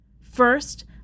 First